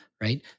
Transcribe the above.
right